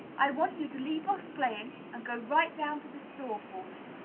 i want you to leave off playing, and go right down to the store for me.